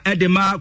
Edema